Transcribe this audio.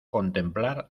contemplar